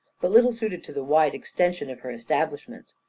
but little suited to the wide extension of her establishments,